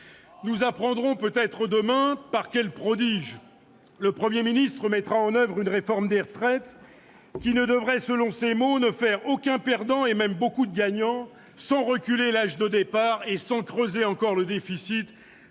nous découvrirons peut-être le prodige par lequel le Premier ministre mettra en oeuvre une réforme des retraites qui devrait, selon ses mots, ne faire aucun perdant, mais beaucoup de gagnants, sans reculer l'âge de départ et sans creuser davantage le déficit,